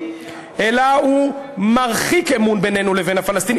אלא הוא מרחיק אמון בינינו לבין הפלסטינים,